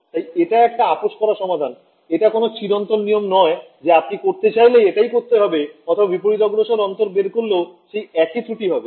তাই এটা একটা আপস করা সমাধান এটা কোন চিরন্তন নিয়ম নয় যে আপনি করতে চাইলেই এটাই করতে হবে অথবা বিপরীতগ্রসর পার্থক্য বের করলেও সেই একই ত্রুটি হবে